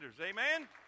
Amen